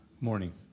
Morning